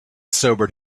sobered